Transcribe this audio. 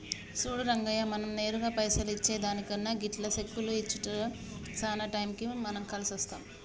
సూడు రంగయ్య మనం నేరుగా పైసలు ఇచ్చే దానికన్నా గిట్ల చెక్కులు ఇచ్చుట్ల సాన టైం మనకి కలిసొస్తాది